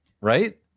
Right